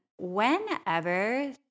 whenever